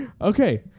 Okay